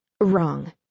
Wrong